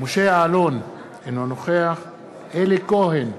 משה יעלון, אינו נוכח אלי כהן,